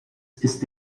ist